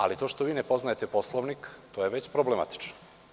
Ali, to što vi ne poznajete Poslovnik, to je već problematično.